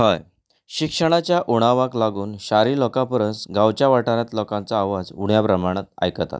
हय शिक्षणाच्या उणावाक लागून शारी लोकां परस गांवच्या वाठारांतलो लोकांचो आवाज उण्यां प्रमाणांत आयकता